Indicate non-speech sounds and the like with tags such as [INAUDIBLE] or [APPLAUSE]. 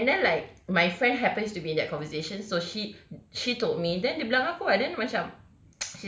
like and then like my friend happens to be that conversation so she she told me then di belakang aku padahalnya macam [NOISE]